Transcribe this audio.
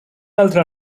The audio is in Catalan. altre